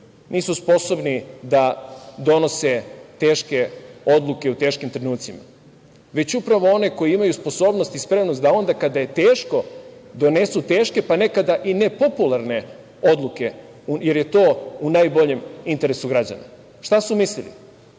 nisu sposobni da donose teške odluke u teškim trenucima. Već upravo oni koji imaju sposobnost i spremnost da onda kada je teško donesu teške, pa nekada i nepopularne odluke, jer je to u najboljem interesu građana. Šta su mislili?